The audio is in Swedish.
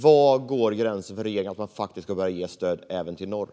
Var går gränsen för att regeringen ska börja ge stöd även till norr?